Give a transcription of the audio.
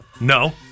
no